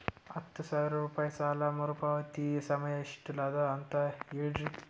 ಹತ್ತು ಸಾವಿರ ರೂಪಾಯಿ ಸಾಲ ಮರುಪಾವತಿ ಸಮಯ ಎಷ್ಟ ಅದ ಅಂತ ಹೇಳರಿ?